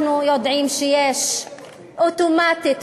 אנחנו יודעים שיש אוטומטית,